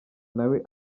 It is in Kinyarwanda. nawe